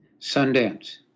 Sundance